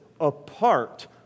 apart